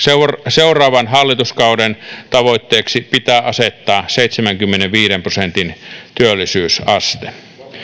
seuraavan hallituskauden tavoitteeksi pitää asettaa seitsemänkymmenenviiden prosentin työllisyysaste